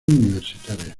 universitarias